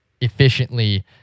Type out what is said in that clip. efficiently